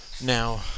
Now